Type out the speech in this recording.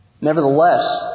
Nevertheless